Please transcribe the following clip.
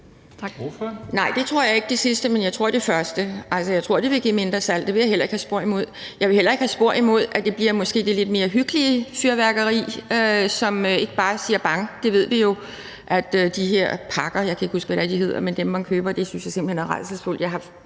Nej, det tror jeg ikke. Jeg tror, at det ville give et mindresalg, og det ville jeg heller ikke have spor imod. Jeg ville heller ikke have spor imod, at man måske ville bruge det lidt mere hyggelige fyrværkeri, som ikke bare siger bang. Det ved man jo at de her pakker, man køber – jeg kan ikke huske, hvad de hedder – gør, og det synes jeg simpelt hen er rædselsfuldt.